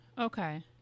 Okay